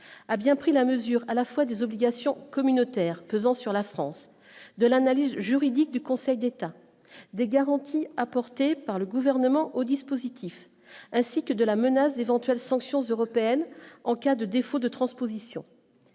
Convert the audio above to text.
a bien pris la mesure, à la fois des obligations communautaires pesant sur la France de l'analyse juridique du Conseil d'État, des garanties apportées par le gouvernement au dispositif, ainsi que de la menace d'éventuelles sanctions européennes en cas de défaut de transposition,